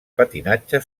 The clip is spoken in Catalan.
patinatge